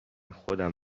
خودم